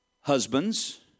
Husbands